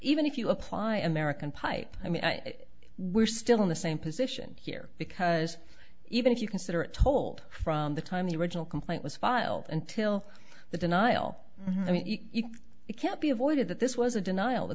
even if you apply american pipe i mean we're still in the same position here because even if you consider it told from the time the original complaint was filed until the denial i mean you can't be avoided that this was a denial the